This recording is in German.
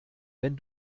wenn